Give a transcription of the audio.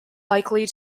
likely